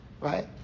Right